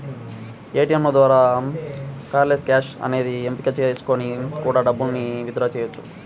ఏటియంల ద్వారా cardless cash అనే ఎంపిక చేసుకొని కూడా డబ్బుల్ని విత్ డ్రా చెయ్యొచ్చు